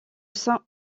saint